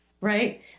right